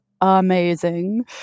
amazing